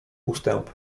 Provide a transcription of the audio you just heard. ustęp